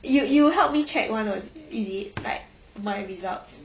you you help me check [one] ah is it like my results